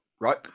Right